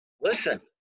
listen